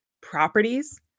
properties